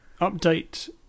update